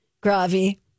Gravy